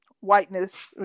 whiteness